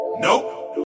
nope